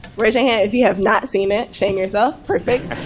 raise your hand if you have not seen it. shame yourself. perfect.